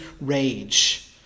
rage